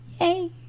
Yay